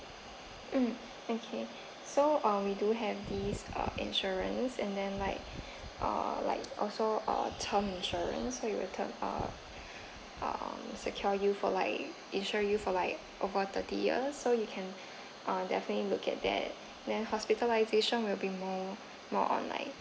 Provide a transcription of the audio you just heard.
hmm okay so um we do have this insurance and then like uh like also uh tam insurance so return uh uh secure you for like insure you for like over thirty years so you can err definitely look at that then hospitalisation will be more more on like